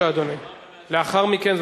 לאחר מכן,